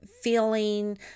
feeling